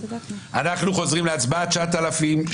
רציתי לאפשר לך והיא לא אפשרה,